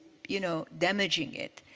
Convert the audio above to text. you know, damaging it.